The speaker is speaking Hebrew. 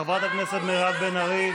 חברת הכנסת מירב בן ארי.